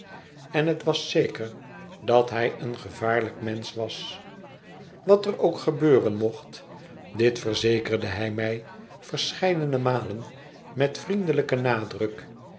en het was zeker dat hij een gevaarlijk mensch was wat er ook gebeuren mocht dit verzekerde hij mij verscheidene malen met vriendelijken nadruk